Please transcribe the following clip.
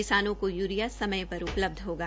किसानों को यूरिया समय पर उपलब्ध होगा